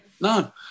No